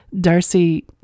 Darcy